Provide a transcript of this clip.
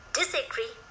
disagree